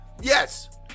Yes